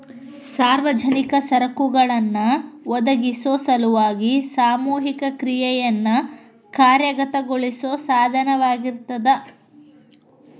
ಸಾರ್ವಜನಿಕ ಸರಕುಗಳನ್ನ ಒದಗಿಸೊ ಸಲುವಾಗಿ ಸಾಮೂಹಿಕ ಕ್ರಿಯೆಯನ್ನ ಕಾರ್ಯಗತಗೊಳಿಸೋ ಸಾಧನವಾಗಿರ್ತದ